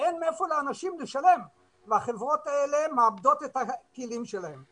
שאין מאיפה לאנשים לשלם והחברות האלה מאבדות את הכלים שלהם.